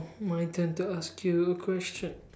my turn to ask you a question